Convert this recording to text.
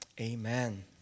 amen